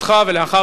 ולאחר מכן,